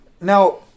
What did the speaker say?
Now